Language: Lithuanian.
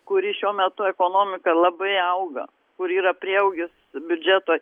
kuri šiuo metu ekonomika labai auga kur yra prieaugis biudžeto